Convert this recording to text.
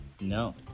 No